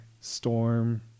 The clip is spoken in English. Storm